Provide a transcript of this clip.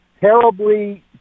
terribly